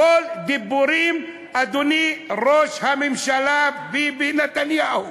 הכול דיבורים, אדוני ראש הממשלה ביבי נתניהו.